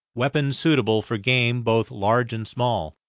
weapons suitable for game both large and small.